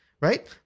right